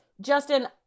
Justin